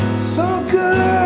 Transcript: so good